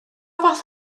fath